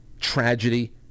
tragedy